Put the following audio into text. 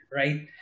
right